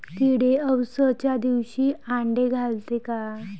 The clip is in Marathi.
किडे अवसच्या दिवशी आंडे घालते का?